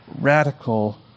radical